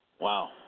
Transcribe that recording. wow